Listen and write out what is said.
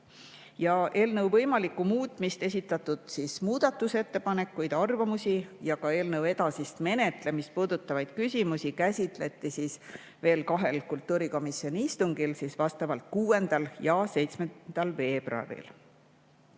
Eelnõu võimalikku muutmist, esitatud muudatusettepanekuid, arvamusi ja ka eelnõu edasist menetlemist puudutavaid küsimusi käsitleti veel kahel kultuurikomisjoni istungil: 6. ja 7. veebruaril.